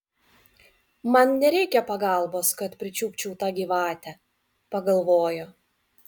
man nereikia pagalbos kad pričiupčiau tą gyvatę pagalvojo